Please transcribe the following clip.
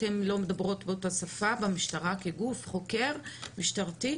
אתם לא מדברים אותה שפה במשטרה כגוש חוקר משטרתי,